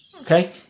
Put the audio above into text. Okay